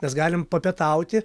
mes galim papietauti